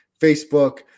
Facebook